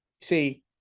see